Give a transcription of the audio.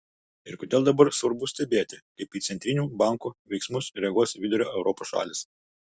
ir kodėl dabar svarbu stebėti kaip į centrinių bankų veiksmus reaguos vidurio europos šalys